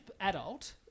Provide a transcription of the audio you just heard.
adult